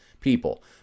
people